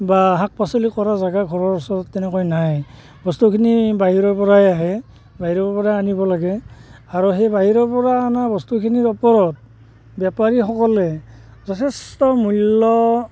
বা শাক পাচলি কৰা জাগা ঘৰৰ ওচৰত তেনেকৈ নাই বস্তুখিনি বাহিৰৰ পৰাই আহে বাহিৰৰ পৰা আনিব লাগে আৰু সেই বাহিৰৰ পৰা অনা বস্তুখিনিৰ ওপৰত বেপাৰীসকলে যথেষ্ট মূল্য